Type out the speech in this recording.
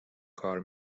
کار